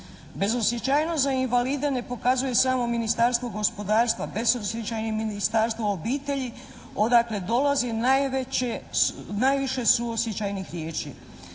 Bezosjećajnost za invalide ne pokazuje samo Ministarstvo gospodarstva. Bezosjećajno je i Ministarstvo obitelji odakle dolazi najviše suosjećajnih riječi.